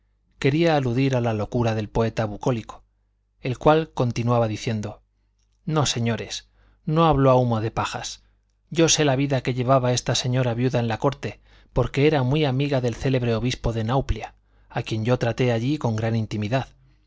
quería aludir a la locura del poeta bucólico el cual continuaba diciendo no señores no hablo a humo de pajas yo sé la vida que llevaba esta señora viuda en la corte porque era muy amiga del célebre obispo de nauplia a quien yo traté allí con gran intimidad